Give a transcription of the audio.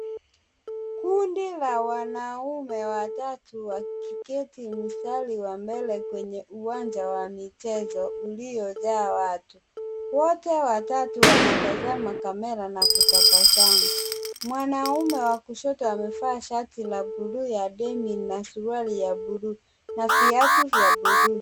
Kundi la wanaume watatu wakiketi mstari wa mbele kwenye uwanja wa michezo uliojaa watu. Wote watatu wanatazama kamera na kutabasamu. Mwanaume wa kushoto amevaa shati la bluu ya denim na suruali ya bluu na viatu vya bluu.